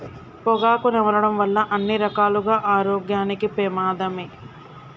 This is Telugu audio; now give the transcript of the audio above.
పొగాకు నమలడం వల్ల అన్ని రకాలుగా ఆరోగ్యానికి పెమాదమే